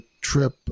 trip